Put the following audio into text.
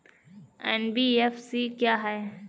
NBFC क्या है?